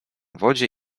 wodzie